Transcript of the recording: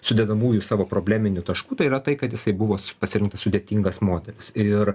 sudedamųjų savo probleminių taškų tai yra tai kad jisai buvo pasirinktas sudėtingas modelis ir